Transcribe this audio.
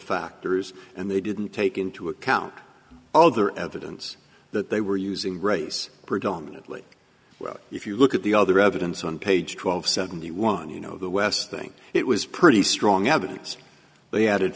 factors and they didn't take into account other evidence that they were using race predominately well if you look at the other evidence on page twelve seventy one you know the west thing it was pretty strong evidence they had